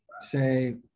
say